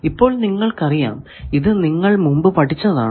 ഇപ്പോൾ നിങ്ങൾക്കറിയാം ഇത് നിങ്ങൾ മുമ്പ് പഠിച്ചതാണ്